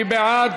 מי בעד?